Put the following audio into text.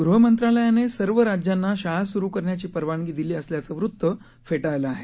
गृह मंत्रालयाने सर्व राज्यांना शाळा सुरू करण्याची परवानगी दिली असल्याचे वृत्त फेटाळले आहे